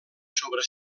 sobre